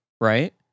Right